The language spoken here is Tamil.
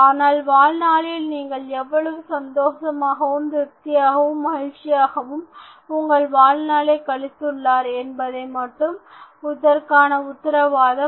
ஆனால் வாழ்நாளில் நீங்கள் எவ்வளவு சந்தோஷமாகவும் திருப்தியாகவும் மகிழ்ச்சியாகவும் உங்கள் வாழ்நாளை கழித்துள்ளீர்கள் என்பது மட்டுமே இதற்கான உத்திரவாதம்